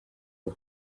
ubu